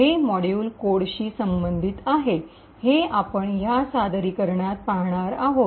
हे मॉड्यूल कोडशी संबंधित आहे हे आपण या सादरीकरणात पाहणार आहोत